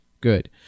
good